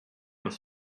was